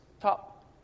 top